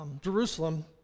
Jerusalem